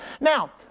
Now